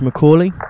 McCauley